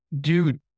dude